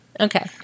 Okay